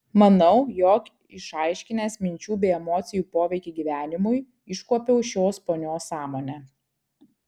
manau jog išaiškinęs minčių bei emocijų poveikį gyvenimui iškuopiau šios ponios sąmonę